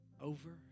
Over